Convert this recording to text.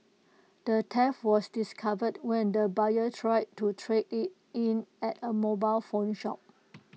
the theft was discovered when the buyer tried to trade IT in at A mobile phone shop